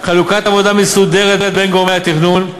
חלוקת עבודה מסודרת בין גורמי התכנון,